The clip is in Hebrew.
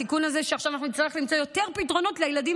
התיקון הזה שבו נצטרך עכשיו למצוא יותר פתרונות לילדים